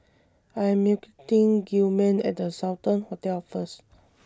I Am meeting Gilman At The Sultan Hotel First